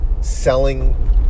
selling